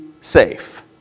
safe